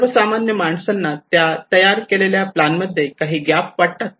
सर्वसामान्य माणसांना त्या तयार केलेल्या प्लान मध्ये काही गॅप वाटतात का